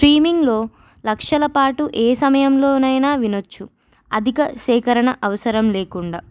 స్ట్రీమింగ్లో లక్షలపాటు ఏ సమయంలోనైనా వినొచ్చు అధిక సేకరణ అవసరం లేకుండా